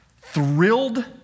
thrilled